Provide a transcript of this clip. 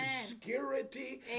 obscurity